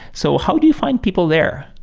so how do you find people there?